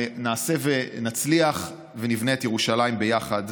ונעשה ונצליח ונבנה את ירושלים ביחד,